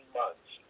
months